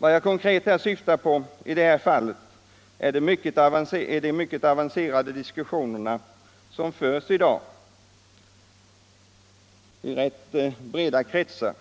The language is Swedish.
Vad jag konkret syftar på är de mycket avancerade diskussioner som i ganska vida kretsar förs